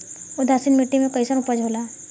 उदासीन मिट्टी में कईसन उपज होला?